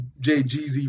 JGZ